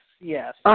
yes